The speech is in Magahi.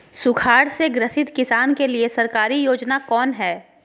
सुखाड़ से ग्रसित किसान के लिए सरकारी योजना कौन हय?